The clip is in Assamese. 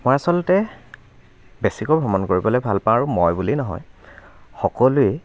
মই আচলতে বেছিকৈ ভ্ৰমণ কৰিবলৈ ভাল পাওঁ আৰু মই বুলিয়ে নহয় সকলোৱেই